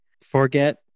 forget